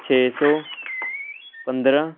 ਛੇ ਸੌ ਪੰਦਰਾਂ